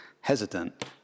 hesitant